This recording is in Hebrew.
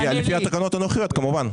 לפי התקנות הנוכחיות, כמובן.